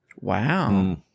Wow